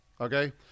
okay